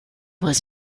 was